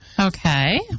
Okay